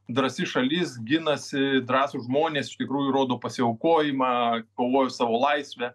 drąsi šalis ginasi drąsūs žmonės iš tikrųjų rodo pasiaukojimą kovoj už savo laisvę